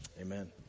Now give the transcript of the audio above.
Amen